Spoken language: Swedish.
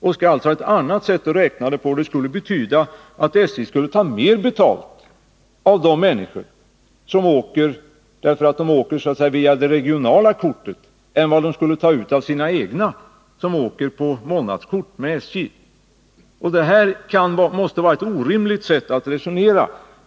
Man skall här tillämpa ett annat sätt att räkna, vilket betyder att SJ skulle ta mer betalt av människor som åker så att säga med det regionala kortet än vad man skulle ta ut av sina egna resenärer, de som har SJ:s månadskort. Det här måste vara ett orimligt sätt att resonera.